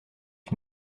est